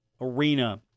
Arena